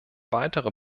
weitere